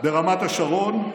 ברמת השרון?